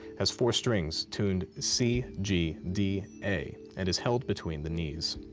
has four strings tuned c, g, d, a, and is held between the knees?